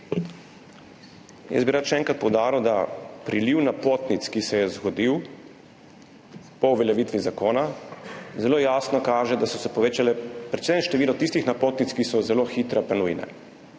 Še enkrat bi rad poudaril, da priliv napotnic, ki se je zgodil po uveljavitvi zakona, zelo jasno kaže, da se je povečalo predvsem število tistih napotnic, ki so zelo hitro pa nujne.